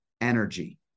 energy